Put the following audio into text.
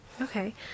Okay